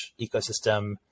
ecosystem